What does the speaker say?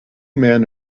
men